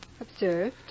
Observed